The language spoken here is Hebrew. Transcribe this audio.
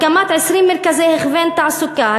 הקמת 20 מרכזי הכוון תעסוקה,